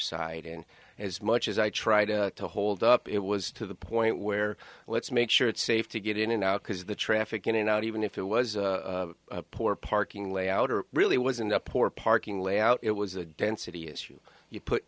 side and as much as i tried to hold up it was to the point where let's make sure it's safe to get in and out because the traffic in and out even if it was poor parking layout or really wasn't up or parking layout it was a density issue you put